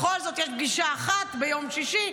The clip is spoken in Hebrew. בכל זאת, יש פגישה אחת ביום שישי.